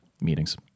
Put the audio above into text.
meetings